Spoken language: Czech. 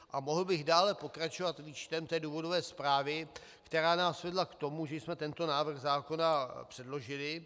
A mohl bych dále pokračovat výčtem té důvodové zprávy, která nás vedla k tomu, že jsme tento návrh zákona předložili.